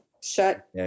shut